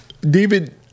David